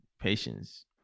Patience